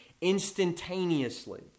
instantaneously